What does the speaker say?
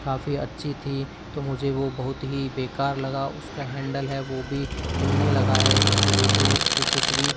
काफ़ी अच्छी थी तो मुझे वो बहुत ही बेकार लगा उसका हैंडल है वो भी हिलने लगा है इस वजह से उससे कुछ भी